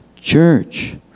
church